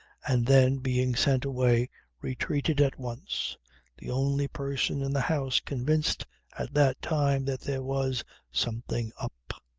and then being sent away retreated at once the only person in the house convinced at that time that there was something up.